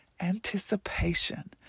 Anticipation